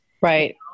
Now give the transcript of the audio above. Right